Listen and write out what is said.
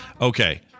Okay